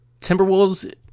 Timberwolves